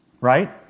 Right